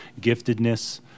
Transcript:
giftedness